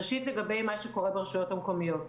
ראשית, לגבי מה שקורה ברשויות המקומיות.